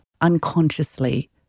unconsciously